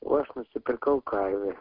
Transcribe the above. o aš nusipirkau karvę